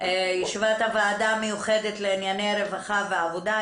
הוועדה המיוחדת לענייני רווחה ועבודה,